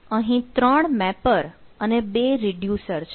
અહીં 3 મેપર અને 2 રિડ્યુસર છે